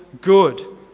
good